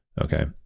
Okay